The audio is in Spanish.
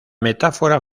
metáfora